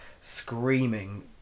screaming